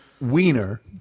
Wiener